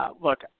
Look